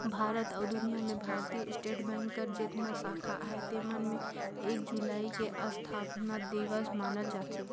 भारत अउ दुनियां में भारतीय स्टेट बेंक कर जेतना साखा अहे तेमन में एक जुलाई के असथापना दिवस मनाल जाथे